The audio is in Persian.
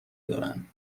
دارن